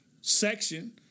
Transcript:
section